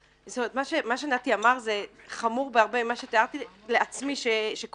מה שנתי ביאליסטוק כהן אמר חמור בהרבה מאשר תיארתי לעצמי שקורה,